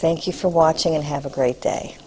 thank you for watching and have a great day